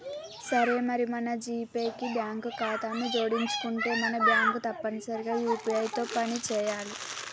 సరే మరి మన జీపే కి బ్యాంకు ఖాతాను జోడించనుంటే మన బ్యాంకు తప్పనిసరిగా యూ.పీ.ఐ తో పని చేయాలి